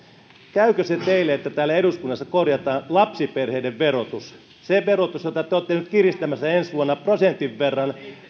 käykö se teille että täällä eduskunnassa korjataan lapsiperheiden verotus se verotus jota te olette nyt kiristämässä ensi vuonna prosentin verran